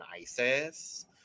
Isis